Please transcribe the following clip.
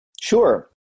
Sure